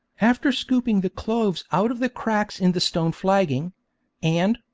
after scooping the cloves out of the cracks in the stone flagging and,